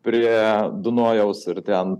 prie dunojaus ir ten